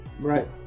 Right